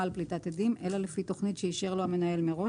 על פליטת אדים אלא לפי תכנית שאישר לו המנהל מראש,